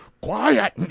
quiet